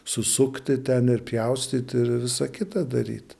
susukti ten ir pjaustyti ir visą kitą daryt